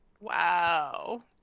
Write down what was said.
Wow